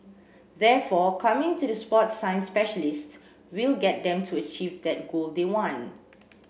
therefore coming to the sport science specialists will get them to achieve that goal they want